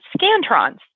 scantrons